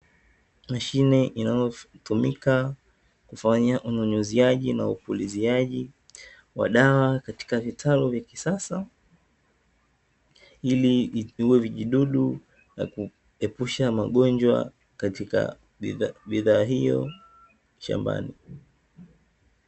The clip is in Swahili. Mashine inayotumika kufanya unyunyuziaji na upuliziaji wa dawa katika vitalu vya kisasa ili iviue vijidudu na kuepusha magonjwa katika bidhaa hiyo shambani.